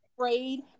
afraid